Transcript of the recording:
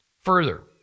Further